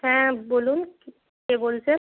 হ্যাঁ বলুন কে বলছেন